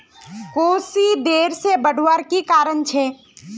कुशी देर से बढ़वार की कारण छे?